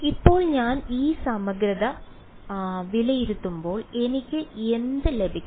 ഇപ്പോൾ ഞാൻ ഈ സമഗ്രത വിലയിരുത്തുമ്പോൾ എനിക്ക് എന്ത് ലഭിക്കും